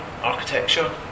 architecture